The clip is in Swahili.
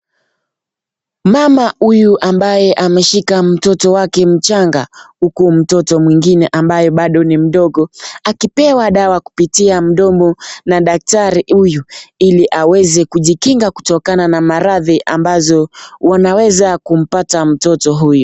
Mama huyu ambaye ameshika mtoto wake mchanga huku mtoto mwingine ambaye bado ni mdogo akipewa dawa kupitia mdomo na daktari huyu ili aweze kujikinga kutokana na maradhi ambazo unaweza kumpata mtoto huyu.